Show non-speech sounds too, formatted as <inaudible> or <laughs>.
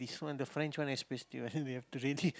this one the French one especially <laughs> you have to really